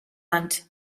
anys